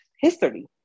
history